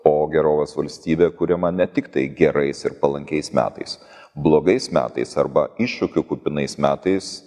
o gerovės valstybė kuriama ne tiktai gerais ir palankiais metais blogais metais arba iššūkių kupinais metais